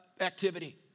activity